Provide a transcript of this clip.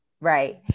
right